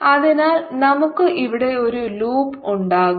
അതിനാൽ നമുക്ക് ഇവിടെ ഒരു ലൂപ്പ് ഉണ്ടാക്കാം